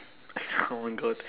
oh my god